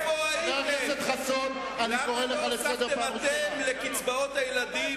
והיא תשלם מע"מ, והיא תממן את,